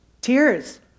Tears